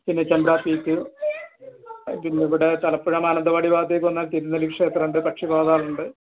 പിന്നെ ചെമ്പരാ പീക്ക് പിന്നെയിവിടെ തലപ്പുഴ മാനന്തവാടി ഭാഗത്തേക്ക് വന്നാൽ തിരുനെല്ലി ക്ഷേത്രം ഉണ്ട് പക്ഷി പാതാളമുണ്ട്